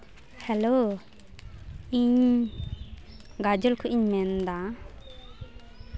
hello ᱤᱧ ᱜᱟᱡᱚᱞ ᱠᱷᱚᱡ ᱤᱧ ᱢᱮᱱᱫᱟ